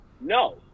No